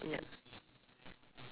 yup (Z)